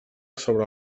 sobre